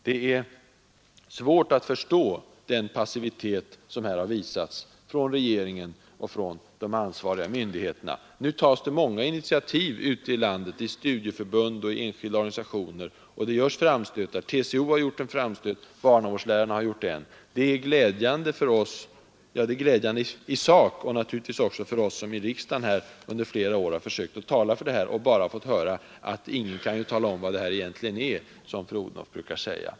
Det är svårt att förstå den passivitet som här har visats från regeringen och från de ansvariga myndigheterna. Nu tas många initiativ ute i landet — av studieförbund och enskilda organisationer. TCO har gjort en framstöt, barnavårdslärarna har gjort en. Det är vägande i sak och naturligtvis glädjande för oss som i riksdagen under flera år har talat för detta men bara fått höra att ingen kan tala om vad föräldrautbildning egentligen är, som fru Odhnoff brukar säga.